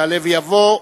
יעלה ויבוא,